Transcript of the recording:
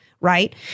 right